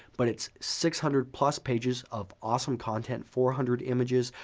but it's six hundred plus pages of awesome content, four hundred images,